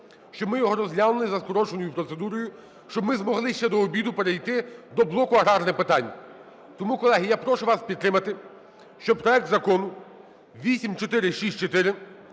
щоб ми його розглянули за скороченою процедурою, щоб ми змогли ще до обіду перейти до блоку аграрних питань. Тому, колеги, я прошу вас підтримати, щоб проект Закону 8464